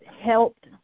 helped